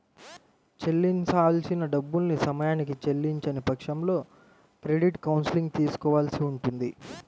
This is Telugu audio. చెల్లించాల్సిన డబ్బుల్ని సమయానికి చెల్లించని పక్షంలో క్రెడిట్ కౌన్సిలింగ్ తీసుకోవాల్సి ఉంటది